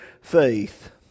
faith